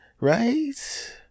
Right